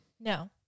No